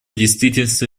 действительности